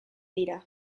dira